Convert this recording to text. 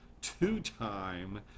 two-time